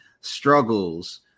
struggles